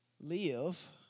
live